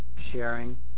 sharing